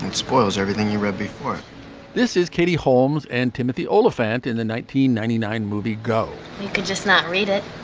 and spoils everything you read before this is katie holmes and timothy oliphant in the nineteen ninety nine movie go you could just not read it.